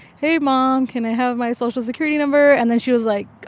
hey, mom. can i have my social security number? and then she was like,